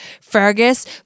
Fergus